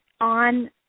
on